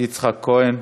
יצחק כהן.